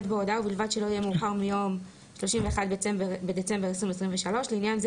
בהודעה ובלבד שלא יהיה מאוחר מיום 31 בדצמבר 2023. לעניין זה